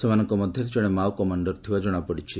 ସେମାନଙ୍କ ମଧ୍ୟରେ ଜଣେ ମାଓ କମାଣ୍ଡର ଥିବା ଜଣାପଡ଼ିଛି